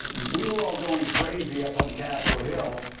we were all going crazy up on capitol hill.